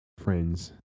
friends